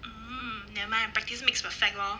hmm never mind lah practice makes perfect lor